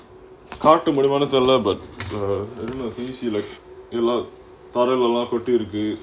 காட்ட முடியுமா தெரில:kaatta mudiyumaa therila